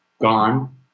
gone